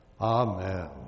Amen